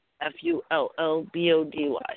F-U-L-L-B-O-D-Y